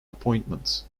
appointment